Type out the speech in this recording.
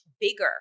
bigger